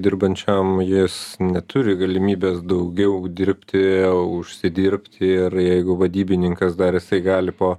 dirbančiam jis neturi galimybės daugiau dirbti užsidirbti ir jeigu vadybininkas dar jisai gali po